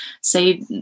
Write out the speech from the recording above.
say